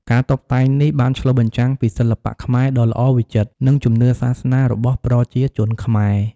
ការតុបតែងនេះបានឆ្លុះបញ្ចាំងពីសិល្បៈខ្មែរដ៏ល្អវិចិត្រ និងជំនឿសាសនារបស់ប្រជាជនខ្មែរ។